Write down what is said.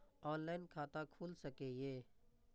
Online खाता खुल सके ये?